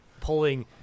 pulling